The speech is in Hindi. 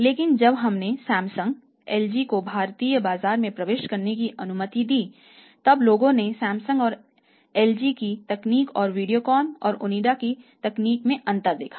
लेकिन जब हमने सैमसंग एलजी को भारतीय बाजार में प्रवेश करने की अनुमति दी तब लोगों ने सैमसंग और एलजी की तकनीक और वीडियोकॉन और ओनिडा की तकनीक में अंतर देखा